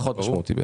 פחות משמעותי.